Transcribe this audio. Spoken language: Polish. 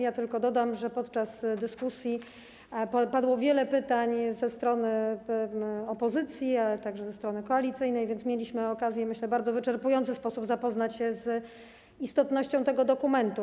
Ja tylko dodam, że podczas dyskusji padło wiele pytań ze strony opozycji, ale także ze strony koalicyjnej, więc mieliśmy okazję, myślę, w bardzo wyczerpujący sposób zapoznać się z istotą tego dokumentu.